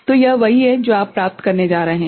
तो यह वही है जो आप प्राप्त करने जा रहे हैं